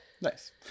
Nice